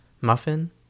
muffin